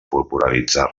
popularitzar